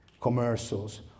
commercials